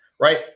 right